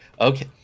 okay